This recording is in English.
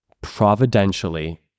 providentially